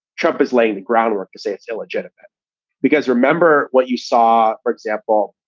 trump is laying the groundwork to say it's illegitimate because remember what you saw, for example,